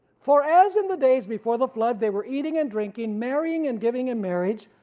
for as in the days before the flood, they were eating and drinking, marrying and giving in marriage,